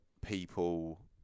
people